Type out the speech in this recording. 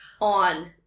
on